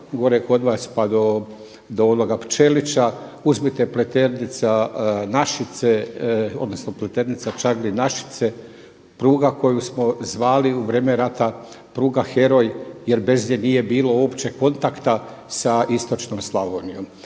gore kod vas pa do onoga Pčelića, uzmite Peternica Našice, odnosno Pleternica-Čaglin-Našice, pruga koju smo zvali u vrijeme rata pruga heroj jer bez nje nije bilo uopće kontakta sa istočnom Slavonijom.